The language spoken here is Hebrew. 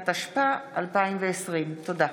התשפ"א 2020. תודה.